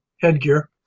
headgear